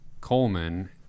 Coleman